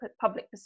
public